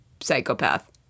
psychopath